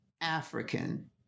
African